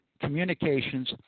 communications